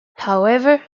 however